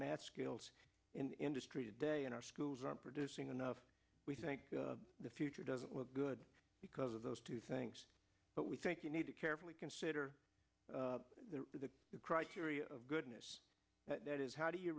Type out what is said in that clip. math skills in the industry today in our schools aren't producing enough we think the future doesn't look good because of those two things but we think you need to carefully consider the criteria of goodness that is how